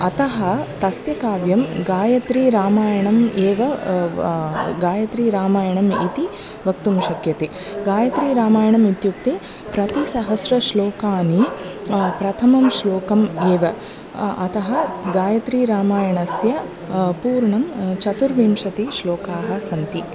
अतः तस्य काव्यं गायत्रीरामायणम् एव अव् गायत्रीरामायणम् इति वक्तुं शक्यते गायत्रीरामायणम् इत्युक्ते प्रतिसहस्रश्लोकानि प्रथमं श्लोकम् एव अतः गायत्रीरामायणस्य पूर्णं चतुर्विंशतिः श्लोकाः सन्ति